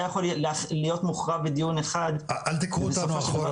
היה יכול להיות מוכרע בדיון אחד --- אל תקחו אותנו אחורה,